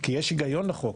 כי יש היגיון לחוק.